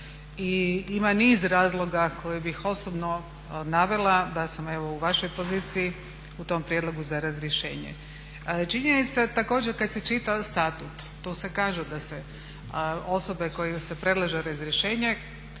ima niz razloga koje bih osobno navela da sam evo u vašoj poziciji u tom prijedlogu za razrješenje. Činjenica također kada se čita statut, tu se kaže da se osobe za koje se predlaže razrješenje